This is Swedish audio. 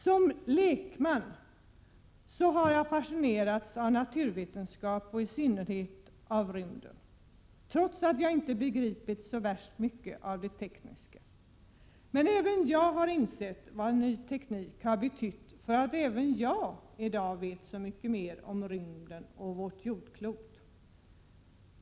Som lekman har jag fascinerats av naturvetenskap, i synnerhet av rymden, trots att jag inte har begripit så värst mycket av det tekniska. Men även jag har insett vad en ny teknik har betytt, för även jag vet i dag mycket mer om rymden och vårt jordklot.